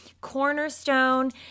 cornerstone